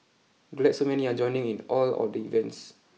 glad so many are joining in all of the events